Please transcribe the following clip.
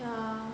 yeah